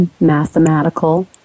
mathematical